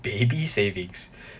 baby savings